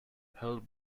held